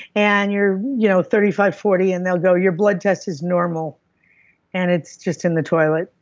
and you're you know thirty five, forty and they'll go your blood test is normal and it's just in the toilet.